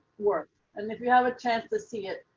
work and if you have a chance to see it.